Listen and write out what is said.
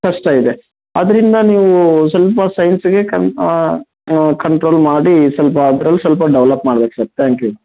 ಕಷ್ಟ ಇದೆ ಆದ್ರಿಂದ ನೀವು ಸ್ವಲ್ಪ ಸೈನ್ಸಿಗೆ ಕನ್ ಕಂಟ್ರೋಲ್ ಮಾಡಿ ಸ್ವಲ್ಪ ಅದ್ರಲ್ಲಿ ಸ್ವಲ್ಪ ಡವ್ಲಪ್ ಮಾಡಬೇಕು ಸರ್ ಥ್ಯಾಂಕ್ ಯು